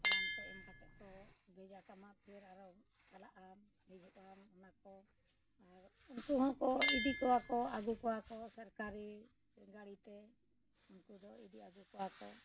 ᱨᱟᱱ ᱠᱚ ᱮᱢ ᱠᱟᱛᱮᱜ ᱠᱚ ᱵᱷᱮᱡᱟᱠᱟᱢᱟ ᱯᱷᱤᱨ ᱟᱨᱚ ᱪᱟᱞᱟᱜᱼᱟᱢ ᱦᱤᱡᱩᱜᱼᱟᱢ ᱚᱱᱟ ᱠᱚ ᱟᱨ ᱩᱱᱠᱩ ᱦᱚᱸᱠᱚ ᱤᱫᱤ ᱠᱚᱣᱟ ᱠᱚ ᱟᱹᱜᱩ ᱠᱚᱣᱟ ᱠᱚ ᱥᱚᱨᱠᱟᱨᱤ ᱜᱟᱹᱲᱤᱛᱮ ᱩᱱᱠᱩ ᱫᱚ ᱤᱫᱤ ᱟᱹᱜᱩ ᱠᱚᱣᱟ ᱠᱚ